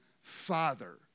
father